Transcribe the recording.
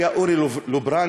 היה אורי לוברני,